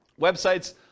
websites